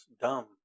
dumb